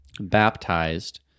baptized